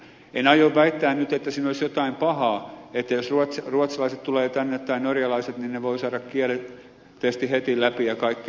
en aio väittää nyt että siinä olisi jotain pahaa että jos ruotsalaiset tulevat tänne tai norjalaiset niin he voivat saada kielitestin heti läpi ja kaikkea vastaavaa